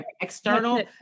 external